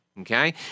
okay